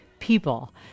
people